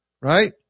Right